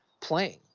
playing